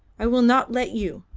i will not let you!